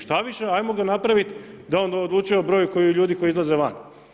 Šta više ajmo ga napraviti da on odlučuje o broju ljudi koji izlaze van.